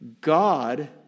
God